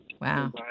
Wow